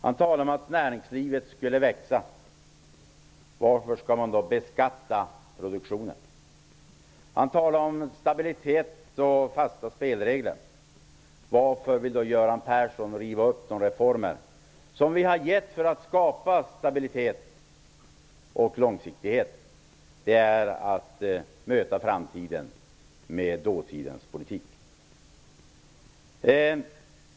Han talar om att näringslivet skulle växa. Varför skall man då beskatta produktionen? Han talar om stabilitet och fasta spelregler. Varför vill då Göran Persson riva upp de reformer som vi har åstadkommit för att skapa stabilitet och långsiktighet? Detta är att möta framtiden med dåtidens politik.